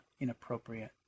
inappropriate